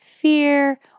fear